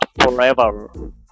forever